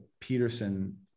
Peterson